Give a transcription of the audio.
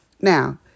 Now